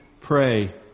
pray